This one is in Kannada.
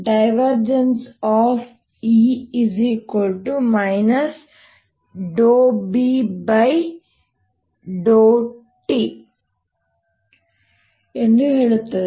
E B∂t ಎಂದು ಹೇಳುತ್ತದೆ